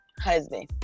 husband